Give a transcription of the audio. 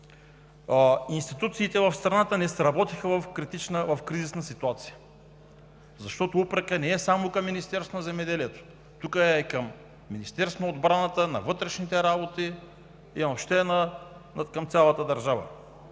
Институциите в страната не сработиха в кризисна ситуация. Упрекът не е само към Министерството на земеделието – тук е към Министерството на отбраната, на Вътрешните работи и въобще към цялата държава.